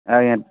ଆଜ୍ଞା